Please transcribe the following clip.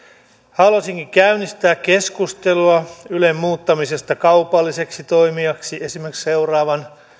haluaisinkin käynnistää keskustelua ylen muuttamisesta kaupalliseksi toimijaksi esimerkiksi seuraavan